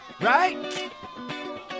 Right